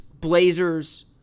Blazers